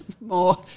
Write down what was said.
more